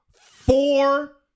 Four